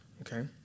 Okay